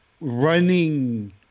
running